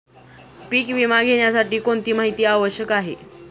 पीक विमा घेण्यासाठी कोणती माहिती आवश्यक आहे?